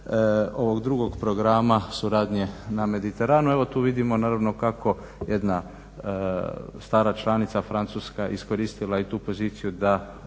ovog drugog programa suradnje na Mediteranu evo tu vidimo naravno kako jedna stara članica Francuska je iskoristila i tu poziciju da